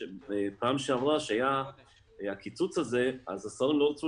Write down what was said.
גם בפעם שעברה שהיה הקיצוץ הזה אז השרים לא רצו